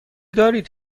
دارید